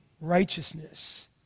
righteousness